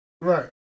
right